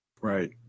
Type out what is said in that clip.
Right